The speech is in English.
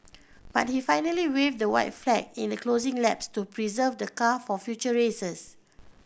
but he finally waved the white flag in the closing laps to preserve the car for future races